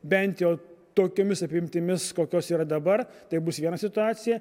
bent jau tokiomis apimtimis kokios yra dabar tai bus viena situacija